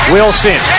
Wilson